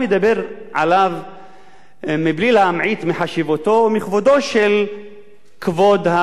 מבלי להמעיט בחשיבותו ומכבודו של כבוד השופט בדימוס אדמונד לוי,